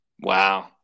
Wow